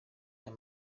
aya